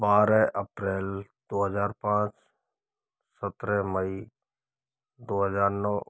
बारह अप्रैल दो हज़ार पाँच सत्रह मई दो हज़ार नौ